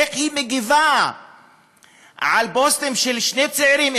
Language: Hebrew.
איך היא מגיבה על פוסטים של שני צעירים,